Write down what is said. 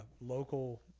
local